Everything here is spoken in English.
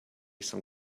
some